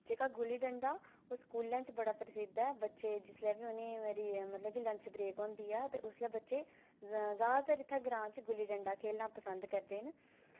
जेह्का गुल्ली डंडा ओह् स्कूलें च बड़ा प्रसुद्ध ऐ बच्चे जिसलै बी उनें मतलब कि लंच ब्रेक होंदी ऐ ते उसलै बच्चे जैदातर इत्थैं ग्रांऽ च गुल्ली डंडा खेल्लना पसंद करदे न